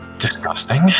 disgusting